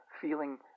feeling